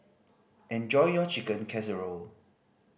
enjoy your Chicken Casserole